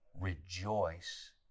rejoice